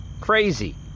Crazy